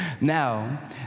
Now